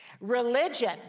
Religion